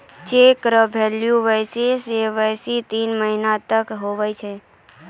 cheque रो value बेसी से बेसी तीन महीना तक हुवै छै